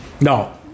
No